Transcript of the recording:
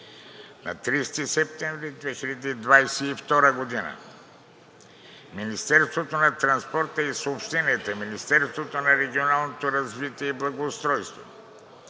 към 30 септември 2022 г. от Министерството на транспорта и съобщенията и Министерството на регионалното развитие и благоустройството.